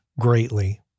greatly